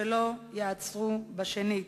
ייעצרו שנית.